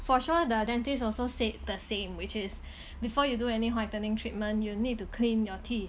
for sure the dentist also said the same which is before you do any whitening treatment you need to clean your teeth